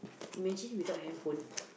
imagine without handphone